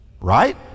Right